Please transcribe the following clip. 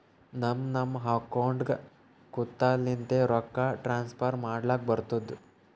ನಮ್ ನಮ್ ಅಕೌಂಟ್ಗ ಕುಂತ್ತಲಿಂದೆ ರೊಕ್ಕಾ ಟ್ರಾನ್ಸ್ಫರ್ ಮಾಡ್ಲಕ್ ಬರ್ತುದ್